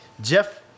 Jeff